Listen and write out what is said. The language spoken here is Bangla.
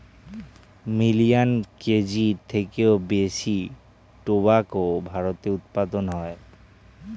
মিলিয়ান কেজির থেকেও বেশি টোবাকো ভারতে উৎপাদন হয়